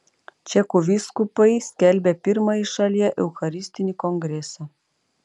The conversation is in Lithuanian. čekų vyskupai skelbia pirmąjį šalyje eucharistinį kongresą